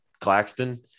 Claxton